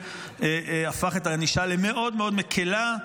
שהפך את הענישה למאוד מאוד מקילה.